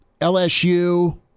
LSU